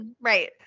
Right